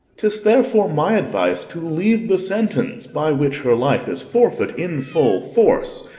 tis therefore my advice to leave the sentence, by which her life is forfeit, in full force.